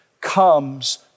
comes